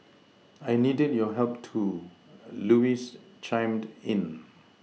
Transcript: I needed your help too Louise chimed in